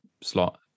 slot